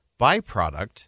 byproduct